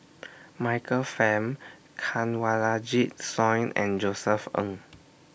Michael Fam Kanwaljit Soin and Josef Ng